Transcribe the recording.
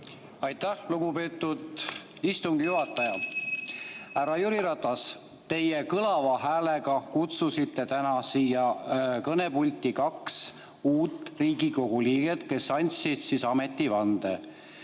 Aitäh, lugupeetud istungi juhataja, härra Jüri Ratas! Teie kõlava häälega kutsusite täna siia kõnepulti kaks uut Riigikogu liiget, kes andsid ametivande.